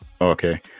okay